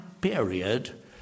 period